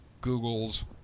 Google's